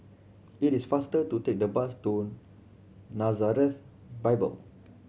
it is faster to take the bus to Nazareth Bible